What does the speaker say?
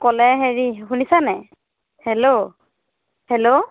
ক'লে হেৰি শুনিছা নাই হেল্ল' হেল্ল'